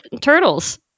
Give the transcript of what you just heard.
turtles